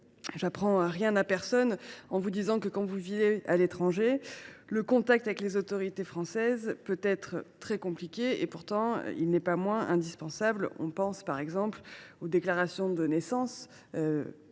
n’apprendrai rien à personne : lorsque vous vivez à l’étranger, le contact avec les autorités françaises peut être très compliqué, mais il n’en est pas moins indispensable. On pense par exemple aux déclarations de naissance